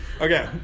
Okay